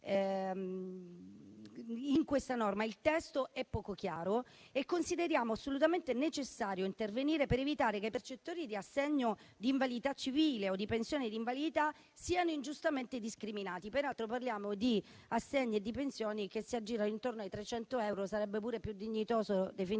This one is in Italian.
di questa norma è poco chiaro e consideriamo assolutamente necessario intervenire per evitare che i percettori di assegno di invalidità civile o di pensione di invalidità siano ingiustamente discriminati. Peraltro, parliamo di assegni e di pensioni che si aggirano intorno ai 300 euro: sarebbe pure più dignitoso definirli